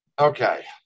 Okay